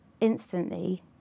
instantly